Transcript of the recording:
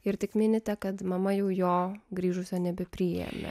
ir tik minite kad mama jų jo grįžusio nebepriėmė